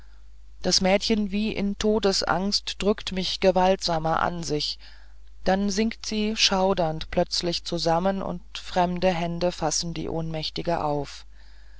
das mädchen wie in todesangst drückt mich gewaltsamer an sich dann sinkt sie erschaudernd plötzlich zusammen und fremde hände fassen die ohnmächtige auf